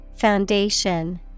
Foundation